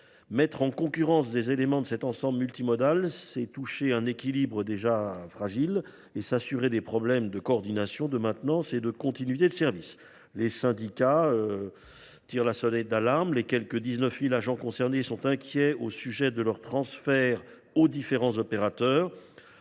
Mettre en concurrence des éléments de cet ensemble multimodal, c’est toucher à un équilibre déjà bien fragile, et s’assurer des problèmes de coordination, de maintenance et de continuité de service. Les syndicats tirent la sonnette d’alarme. Les quelque 19 000 agents concernés sont inquiets quant à leur transfert aux différents opérateurs.